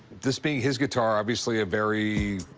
this being his guitar, obviously a very